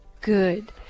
Good